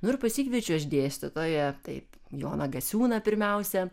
nu ir pasikviečiu aš dėstytoją taip joną gasiūną pirmiausia